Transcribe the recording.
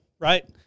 right